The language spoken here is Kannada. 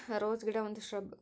ರೋಸ್ ಗಿಡ ಒಂದು ಶ್ರಬ್